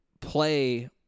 play